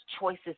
choices